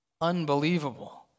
Unbelievable